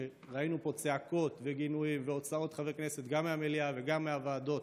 שראינו פה צעקות וגינויים והוצאות חברי כנסת גם מהמליאה וגם מהוועדות,